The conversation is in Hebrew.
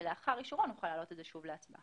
ולאחר אישורו נוכל להעלות את זה שוב להצבעה.